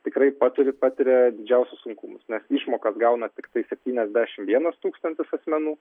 tikrai paturi patiria didžiausius sunkumus nes išmokas gauna tiktai septyniasdešimt vienas tūkstantis asmenų